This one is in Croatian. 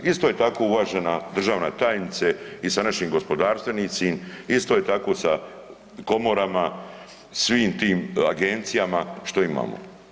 Isto je tako uvažena državna tajnice i sa našim gospodarstvenicima, isto je tako sa komorama svim tim agencijama što imamo.